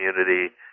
community